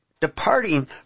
Departing